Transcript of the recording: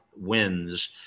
wins